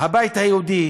הבית היהודי